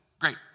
Great